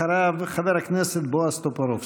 אחריו, חבר הכנסת בועז טופורובסקי.